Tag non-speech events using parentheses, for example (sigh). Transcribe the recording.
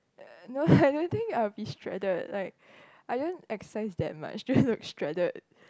no I (laughs) don't think I'll be shredded like I don't exercise that much to look shredded